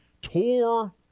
tore